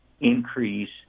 increase